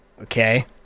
Okay